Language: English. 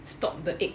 stop the egg